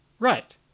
Right